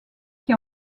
qui